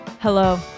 hello